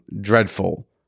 dreadful